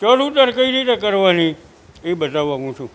ચઢઉતર કઈ રીતે કરવાની એ બતાવવાનો છું